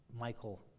Michael